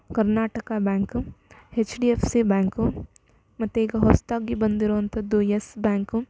Karnataka bank H D F C bank ಮತ್ತು ಈಗ ಹೊಸತಾಗಿ ಬಂದಿರುವಂಥದ್ದು ಯೆಸ್ ಬ್ಯಾಂಕು